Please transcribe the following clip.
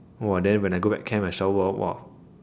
!wah! then when I go back camp I shower hor !wah!